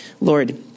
Lord